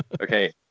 Okay